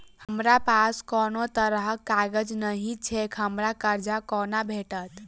हमरा पास कोनो तरहक कागज नहि छैक हमरा कर्जा कोना भेटत?